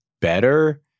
Better